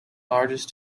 largest